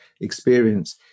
experience